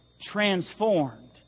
transformed